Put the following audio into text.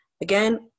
Again